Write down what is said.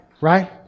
Right